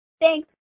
Thanks